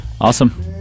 awesome